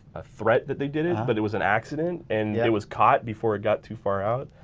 a threat that they did it, but it was an accident and yeah it was caught before it got too far out.